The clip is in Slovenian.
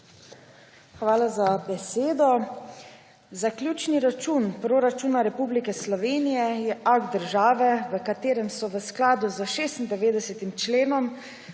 Hvala za besedo. Zaključni račun Proračuna Republike Slovenije je akt države, v katerem so v skladu s 96. členom